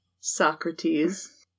Socrates